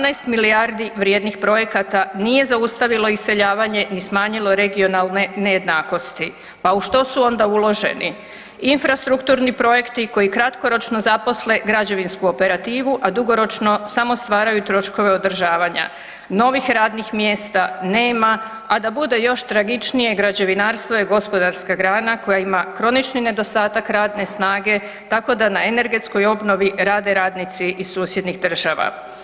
18 milijardi vrijednih projekata nije zaustavilo iseljavanje ni smanjilo regionalne nejednakosti pa u što su onda uloženi infrastrukturni projekti koji kratkoročno zaposle građevinsku operativu, a dugoročno samo stvaraju troškove održavanja, novih radnih mjesta nema, a da bude još tragičnije građevinarstvo je gospodarska grana koja ima kronični nedostatak radne snage tako da na energetskoj obnovi rade radnici iz susjednih država.